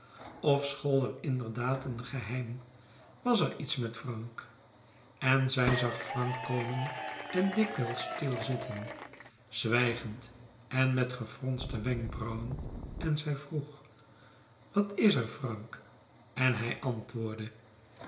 of school er inderdaad een geheim was er iets met frank en zij zag frank komen en dikwijls stil zitten zwijgend en met gefronste wenkbrauwen en zij vroeg wat is er frank en hij antwoordde